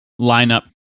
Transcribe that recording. lineup